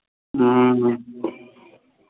हाँ